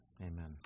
amen